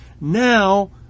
Now